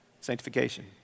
sanctification